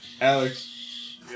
Alex